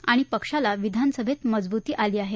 आणि पक्षाला विधानसभेत मजबुती आली आहे